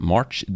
March